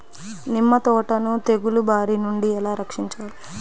నిమ్మ తోటను తెగులు బారి నుండి ఎలా రక్షించాలి?